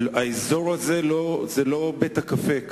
האזור הזה הוא לא בית-קפה.